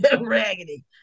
Raggedy